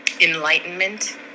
enlightenment